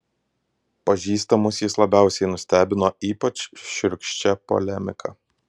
pažįstamus jis labiausiai nustebino ypač šiurkščia polemika